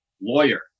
lawyer